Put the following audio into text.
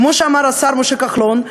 כמו שאמר השר משה כחלון,